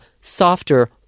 softer